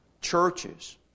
churches